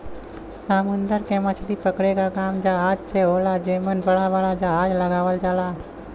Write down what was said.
समुंदर में मछरी पकड़े क काम जहाज से होला जेमन बड़ा बड़ा जाल लगावल जाला